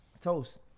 Toast